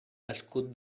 escut